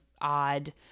odd